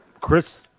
Chris